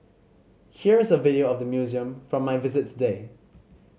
here is a video of the museum from my visit today